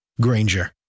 Granger